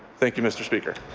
thank you mr. speaker.